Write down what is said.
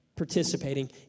participating